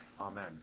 Amen